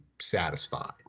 satisfied